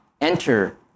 enter